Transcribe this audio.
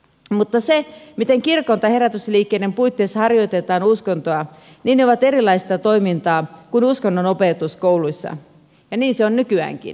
mutta se miten kirkon tai herätysliikkeiden puitteissa harjoitettiin uskontoa oli erilaista toimintaa kuin uskonnonopetus kouluissa ja niin se on nykyäänkin